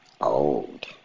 old